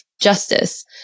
justice